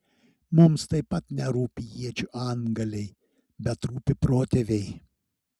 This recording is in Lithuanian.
mums taip pat nerūpi iečių antgaliai bet rūpi protėviai